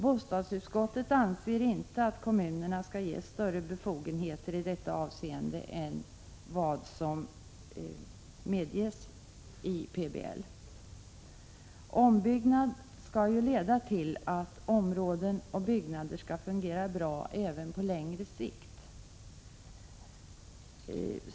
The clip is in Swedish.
Bostadsutskottet anser inte att kommunerna skall ges större befogenheter i detta avseende än vad som medges i PBL. Ombyggnad skall ju leda till att områden och byggnader fungerar bra även på längre sikt.